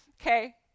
Okay